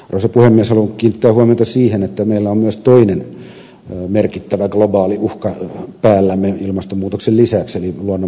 haluan kiinnittää huomiota siihen että meillä on myös toinen merkittävä globaali uhka päällämme ilmastonmuutoksen lisäksi eli luonnon monimuotoisuuden hupeneminen